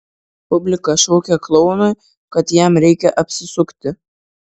publika šaukė klounui kad jam reikia apsisukti